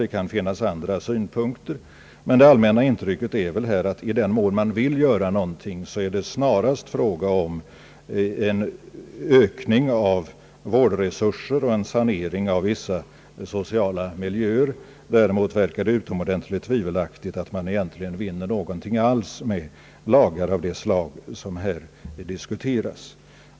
Det kan finnas andra synpunkter, men det allmänna intrycket är väl här att i den mån man vill göra någonting är det snarast fråga om en ökning av vårdresurser och en sanering av vissa sociala miljöer. Däremot verkar det utomordentligt tvivelaktigt om man egentligen vinner någonting alls med lagar av det slag som här diskuteras.